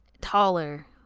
taller